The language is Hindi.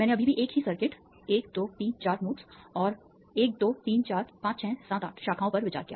मैंने अभी भी एक ही सर्किट 1 2 3 4 नोड्स और 1 2 3 4 5 6 7 8 शाखाओं पर विचार किया